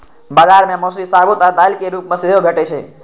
बाजार मे मौसरी साबूत आ दालिक रूप मे सेहो भैटे छै